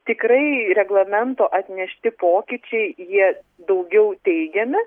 tikrai reglamento atnešti pokyčiai jie daugiau teigiami